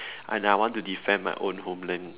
and I want to defend my own homeland